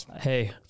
Hey